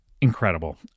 Incredible